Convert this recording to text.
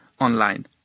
online